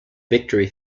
victory